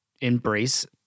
embrace